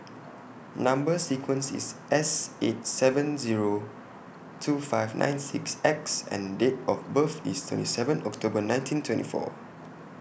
Number sequence IS S eight seven Zero two five nine six X and Date of birth IS twenty seven October nineteen twenty four